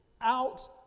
out